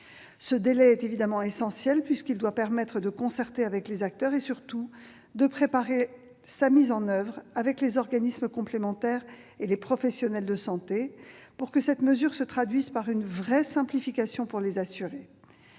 ce délai est évidemment essentiel, puisqu'il permettra la concertation avec les acteurs et surtout la préparation de la mise en oeuvre du texte avec les organismes complémentaires et les professionnels de santé, pour que la mesure se traduise par une vraie simplification pour les assurés.